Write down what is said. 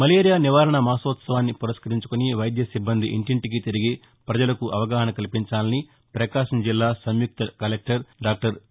malaria నివారణ మాసోత్సవాన్ని పురస్కరించుకుని వైద్య సిబ్బంది ఇంటింటికీ తిరిగి ఫజలకు అవగాహన కల్పించాలని ప్రకాశం జిల్లా సంయుక్త కలెక్టర్ డాక్టర్ ఎ